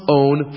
own